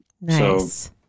Nice